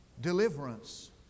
deliverance